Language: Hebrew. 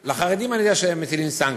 על החרדים אני יודע שמטילים סנקציות,